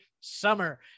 summer